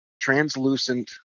translucent